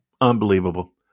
Unbelievable